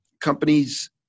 Companies